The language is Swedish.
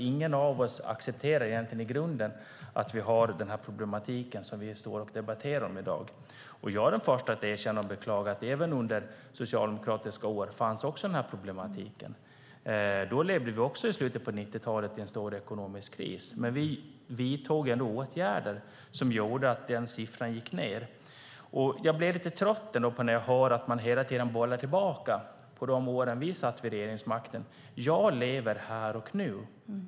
Ingen av oss accepterar egentligen i grunden att vi har den problemetik som vi debatterar i dag. Jag är den förste att erkänna och beklaga att den här problematiken fanns även under socialdemokratiska år. I slutet av 90-talet levde vi också i en stor ekonomisk kris, men vi vidtog ändå åtgärder som gjorde att den siffran gick ned. Jag blir lite trött när jag hör att man hela tiden bollar tillbaka till de år vi satt vid regeringsmakten. Jag lever här och nu.